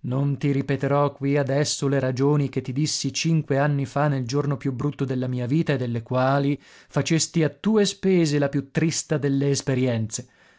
non ti ripeterò qui adesso le ragioni che ti dissi cinque anni fa nel giorno più brutto della mia vita e delle quali facesti a tue spese la più trista delle esperienze